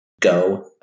go